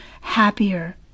happier